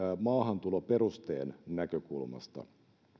maahantuloperusteen näkökulmasta